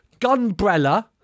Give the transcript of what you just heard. Gunbrella